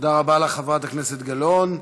תודה רבה לך, חברת הכנסת גלאון.